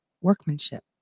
workmanship